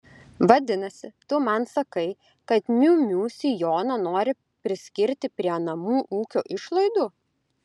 vadinasi tu man sakai kad miu miu sijoną nori priskirti prie namų ūkio išlaidų